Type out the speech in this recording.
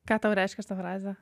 ką tau reiškia šita frazė